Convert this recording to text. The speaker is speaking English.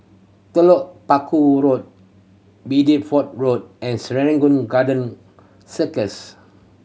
Telok Paku Road Bideford Road and Serangoon Garden Circus